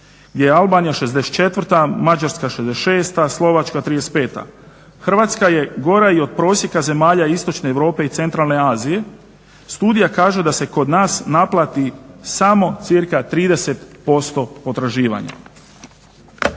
gdje je Albanija 64., Mađarska 66., Slovačka 35. Hrvatska je gora i od prosjeka zemalja istočne Europe i centralne Azije. Studija kaže da se kod nas naplati samo cca 30% potraživanja.